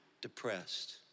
depressed